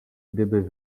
gdyby